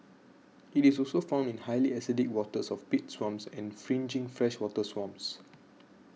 it is also found in highly acidic waters of peat swamps and fringing freshwater swamps